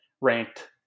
ranked